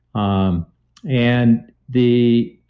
um and the